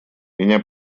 меня